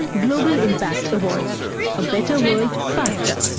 global impact awards a better world, faster.